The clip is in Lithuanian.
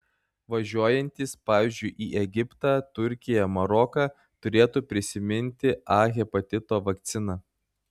važiuojantys pavyzdžiui į egiptą turkiją maroką turėtų prisiminti a hepatito vakciną